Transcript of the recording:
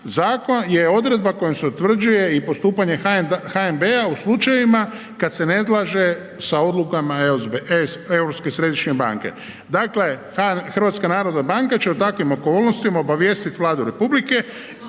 zakon, je odredba kojom se utvrđuje i postupanje HNB-a u slučajevima kada se ne slaže sa odlukama Europske središnje banke. Dakle HNB će u takvim okolnostima obavijesti Vladu RH i